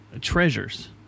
treasures